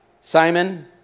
Simon